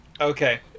Okay